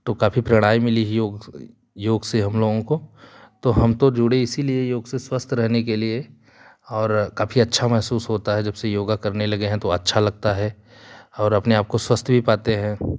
तो काफ़ी प्रेरणाएँ मिलीं योग योग से हम लोगों को तो हम तो जुड़े इसीलिए योग से स्वस्थ रहने के लिए और काफ़ी अच्छा महसूस होता है जबसे योगा करने लगे हैं तो अच्छा लगता है और अपने आपको स्वस्थ भी पाते हैं